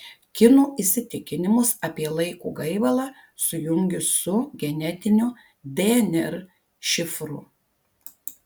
kinų įsitikinimus apie laiko gaivalą sujungė su genetiniu dnr šifru